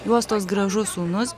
juostos gražus sūnus